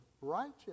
righteous